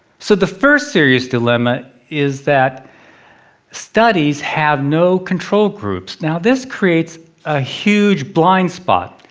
so the first serious dilemma is that studies have no control groups. now, this creates a huge blind spot.